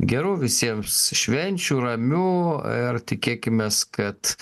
gerų visiems švenčių ramių ir tikėkimės kad